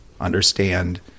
understand